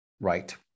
right